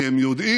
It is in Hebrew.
כי הם יודעים,